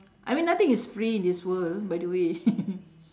I mean nothing is free in this world by the way